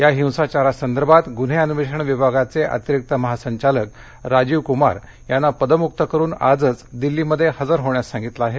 या हिंसाचारासंदर्भात गुन्हे अन्वेषण विभागाचे अतिरिक्त महासंचालक राजीव कुमार यांना पदमुक्त करुन आजच दिल्लीमध्ये हजर होण्यास सांगितलं आहे